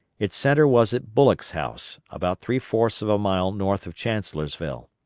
its centre was at bullock's house, about three-fourths of a mile north of chancellorsville.